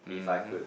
if I could